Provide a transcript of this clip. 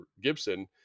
gibson